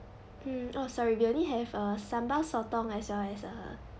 mm oh sorry we only have uh sambal sotong as well as a